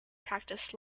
practiced